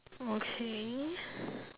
okay